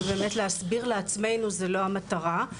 ובאמת להסביר לעצמנו זה לא המטרה.